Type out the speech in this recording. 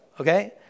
okay